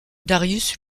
darius